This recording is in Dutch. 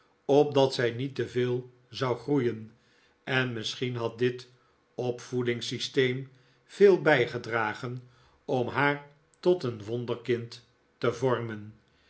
opdat zij niet te veel zou groeien en misschien had dit opvoedingssysteem veel bijgedragen om haar tot een wonderkind te vormen